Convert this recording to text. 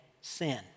sin